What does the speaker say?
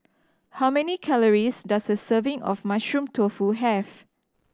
how many calories does a serving of Mushroom Tofu have